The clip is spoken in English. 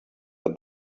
but